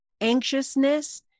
anxiousness